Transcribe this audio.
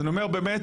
אז אני אומר באמת,